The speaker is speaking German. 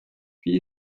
wie